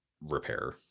repair